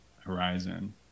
horizon